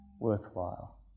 worthwhile